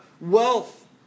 Wealth